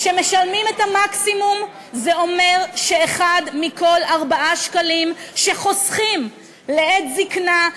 כשמשלמים את המקסימום זה אומר שאחד מכל 4 שקלים שחוסכים לעת זיקנה,